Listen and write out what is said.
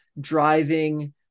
driving